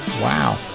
wow